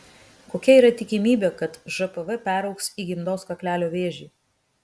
kokia yra tikimybė kad žpv peraugs į gimdos kaklelio vėžį